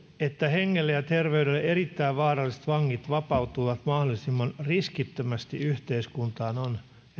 että hengelle ja terveydelle erittäin vaaralliset vangit vapautuvat mahdollisimman riskittömästi yhteiskuntaan on